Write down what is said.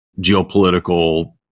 geopolitical